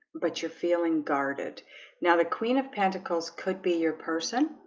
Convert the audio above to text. but you're feeling guarded now the queen of pentacles could be your person